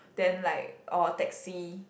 then like or taxi